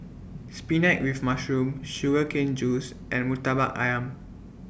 Spinach with Mushroom Sugar Cane Juice and Murtabak Ayam